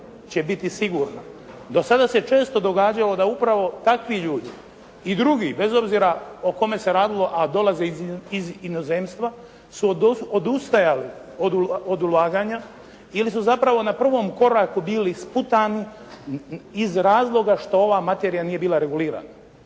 će biti sigurna. Do sada se često događalo da upravo takvi ljudi i drugi, bez obzira o kome se radilo, a dolaze iz inozemstva su odustajali od ulaganja ili su zapravo na prvom koraku bili sputani iz razloga što ova materija nije bila regulirana.